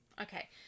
Okay